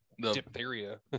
diphtheria